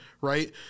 Right